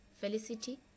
felicity